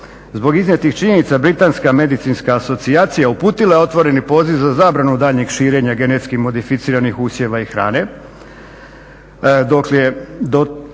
Zbog iznijetih činjenica Britanska medicinska asocijacija uputila je otvoreni poziv za zabranu daljnjeg širenja GMO usjeva i hrane,